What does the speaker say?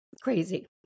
crazy